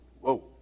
whoa